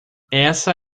essa